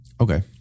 Okay